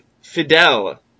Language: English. Fidel